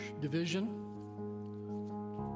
division